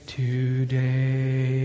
today